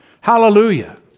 Hallelujah